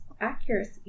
accuracy